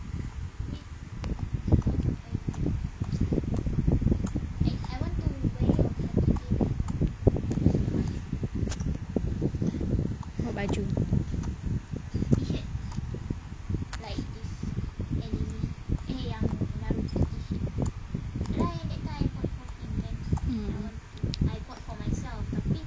what baju mm mm